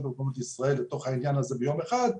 המקומיות בישראל לתוך העניין הזה ביום אחד,